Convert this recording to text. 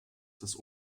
des